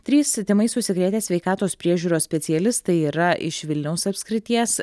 trys tymais užsikrėtę sveikatos priežiūros specialistai yra iš vilniaus apskrities